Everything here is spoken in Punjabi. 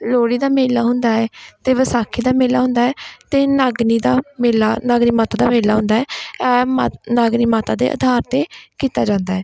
ਲੋਹੜੀ ਦਾ ਮੇਲਾ ਹੁੰਦਾ ਹੈ ਅਤੇ ਵਿਸਾਖੀ ਦਾ ਮੇਲਾ ਹੁੰਦਾ ਹੈ ਅਤੇ ਨਾਗਣੀ ਦਾ ਮੇਲਾ ਨਾਗਰੀ ਮਾਤਾ ਦਾ ਮੇਲਾ ਹੁੰਦਾ ਹੈ ਇਹ ਮਾ ਨਾਗਰੀ ਮਾਤਾ ਦੇ ਆਧਾਰ 'ਤੇ ਕੀਤਾ ਜਾਂਦਾ ਹੈ